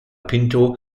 pinto